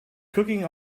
cooking